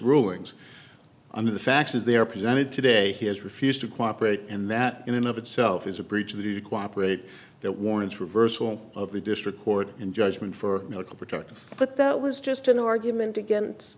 rulings under the facts as they are presented today he has refused to cooperate and that in and of itself is a breach of the cooperate that warrants reversal of the district court in judgment for medical protective but that was just an argument against